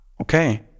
okay